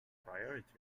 priority